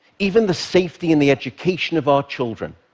even the safety and the education of our children.